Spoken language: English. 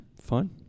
fine